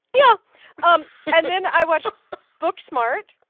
yeah um and then i watched booksmart,